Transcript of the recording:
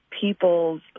people's